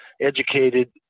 educated